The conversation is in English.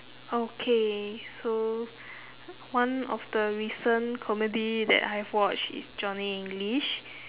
okay so one of the recent comedy that I have watch is johnny english